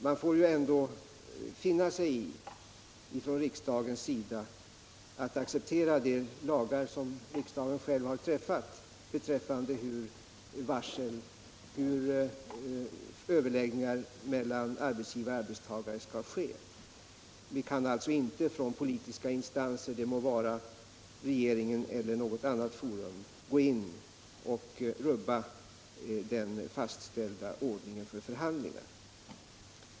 Man får ju ändå finna sig i från riksdagens sida att acceptera de lagar som riksdagen själv har stiftat beträffande hur överläggningar mellan arbetsgivare och arbetstagare skall ske. Vi kan alltså inte från politiska instanser — det må vara regeringen eller något annat forum — gå in och rubba den fastställda ordningen för förhandlingar.